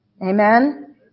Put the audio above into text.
Amen